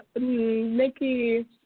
Nikki